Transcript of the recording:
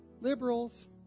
Liberals